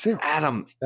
Adam